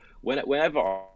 whenever